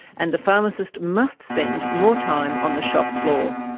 and the pharmacist must spend more time on the shop floor.